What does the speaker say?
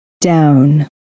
down